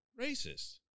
racist